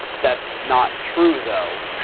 that's not true though.